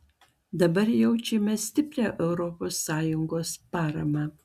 dabar jaučiame stiprią europos sąjungos paramą